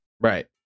right